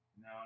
No